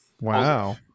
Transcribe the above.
Wow